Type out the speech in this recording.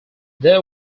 they